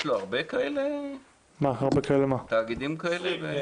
יש לו הרבה תאגידים כאלה?